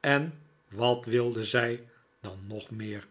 en wat wilde zij dan nog meer